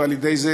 ועל ידי זה,